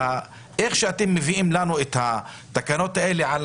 כפי שאתם מביאים לנו את התקנות האלה על